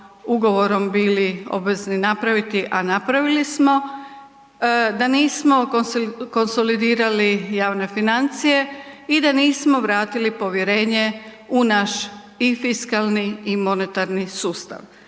ugovorom bili obvezni napraviti, a napravili smo, da nismo konsolidirali javne financije i da nismo vratili povjerenje u naš i fiskalni i monetarni sustav.